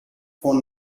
phone